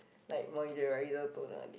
like moisturizer toner